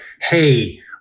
hey